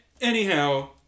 Anyhow